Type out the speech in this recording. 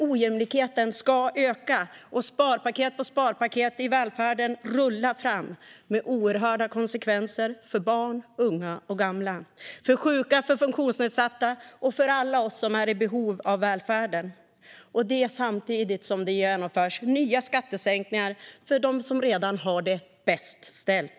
Ojämlikheten ska tydligen öka, och sparpaket på sparpaket i välfärden rullar fram med oerhörda konsekvenser för barn, unga, gamla, sjuka, funktionsnedsatta och alla oss som är i behov av välfärden. Detta sker samtidigt som det genomförs nya skattesänkningar för dem som redan har det bäst ställt.